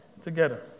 together